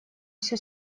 всю